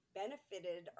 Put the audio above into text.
benefited